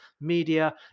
media